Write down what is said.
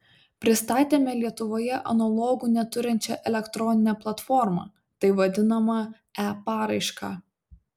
pristatėme lietuvoje analogų neturinčią elektroninę platformą taip vadinamą e paraišką